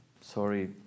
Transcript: Sorry